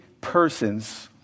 persons